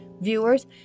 viewers